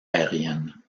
aérienne